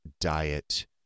diet